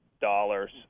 dollars